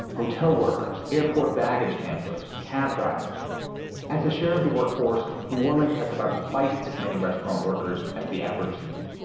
hotel workers, airport baggage handlers, cab drivers as a share of the workforce new orleans has about twice as many restaurant workers as the average city.